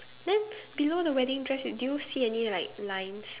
then below the wedding dress do you see any like lines